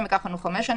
חמש,